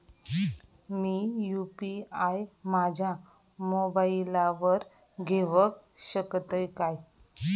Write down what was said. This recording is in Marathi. मी यू.पी.आय माझ्या मोबाईलावर घेवक शकतय काय?